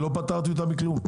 לא פטרתי אותם מכלום.